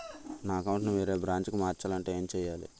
నా అకౌంట్ ను వేరే బ్రాంచ్ కి మార్చాలి అంటే ఎం చేయాలి?